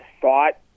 thought